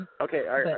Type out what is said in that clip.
Okay